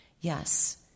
Yes